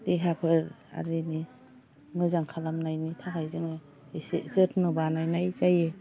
देहाफोर आरिनि मोजां खालामनायनि थाखाय जोङो एसे जत्न' बानायनाय जायो